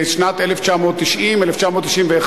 בשנת 1990/91,